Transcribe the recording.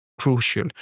crucial